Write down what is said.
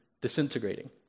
disintegrating